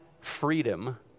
freedom